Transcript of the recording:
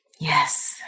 Yes